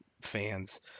fans